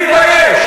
תתבייש.